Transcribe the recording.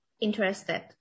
Interested